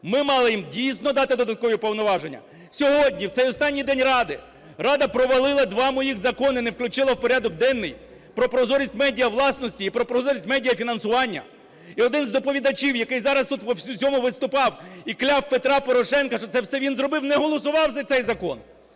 Ми мали їм дійсно дати додаткові повноваження. Сьогодні, в цей останній день, Ради Рада провалила два моїх закони, не включила в порядок денний, про прозорість медіавласності і про прозорість медіафінансування. І один з доповідачів, який зараз тут в цьому виступав і кляв Петра Порошенка, що це все він зробив, не голосував за цей закон.